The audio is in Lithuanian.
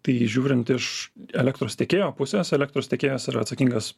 tai žiūrint iš elektros tiekėjo pusės elektros tiekėjas yra atsakingas